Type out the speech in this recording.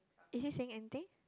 is he say anything